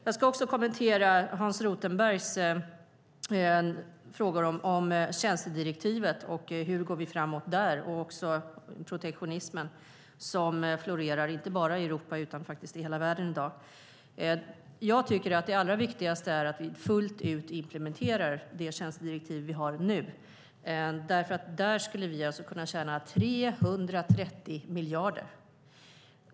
Jag ska också kommentera Hans Rothenbergs frågor om tjänstedirektivet och hur vi går framåt där liksom om protektionismen, som florerar inte bara i Europa utan faktiskt i hela världen i dag. Jag tycker att det viktigaste är att vi fullt ut implementerar det tjänstedirektiv vi har nu. Där skulle vi kunna tjäna 330 miljarder.